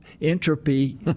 entropy